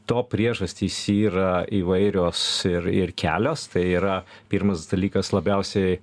to priežastys yra įvairios ir ir kelios tai yra pirmas dalykas labiausiai